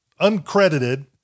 uncredited